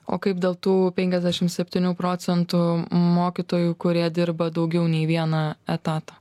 o kaip dėl tų penkiasdešim septynių procentų mokytojų kurie dirba daugiau nei vieną etatą